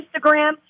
Instagram